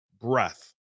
breath